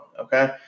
okay